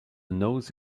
nose